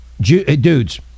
Dudes